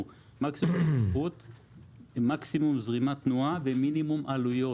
מקסימום בטיחות עם מקסימום זרימת תנועה ועם מינימום עלויות.